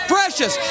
Precious